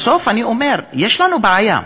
בסוף, אני אומר, יש לנו בעיה.